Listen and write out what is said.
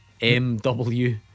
MW